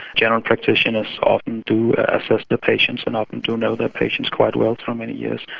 general practitioners often do assess the patients and often do know their patients quite well for many years,